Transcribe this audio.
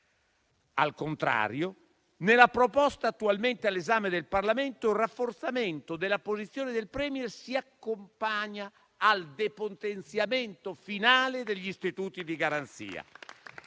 Al contrario, nella proposta attualmente all'esame del Parlamento il rafforzamento della posizione del *Premier* si accompagna al depotenziamento finale degli istituti di garanzia.